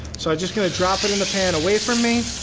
so i'm just gonna drop it in the pan away from me.